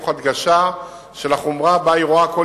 תוך הדגשה של החומרה שבה היא רואה כל